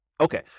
Okay